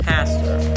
Pastor